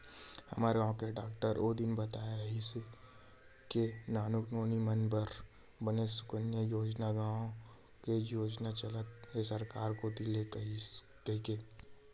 हमर गांव के डाकहार ओ दिन बतात रिहिस हे के नानकुन नोनी मन बर बने सुकन्या योजना नांव ले योजना चलत हे सरकार कोती ले कहिके